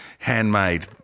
Handmade